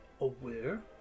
aware